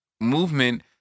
movement